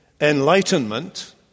enlightenment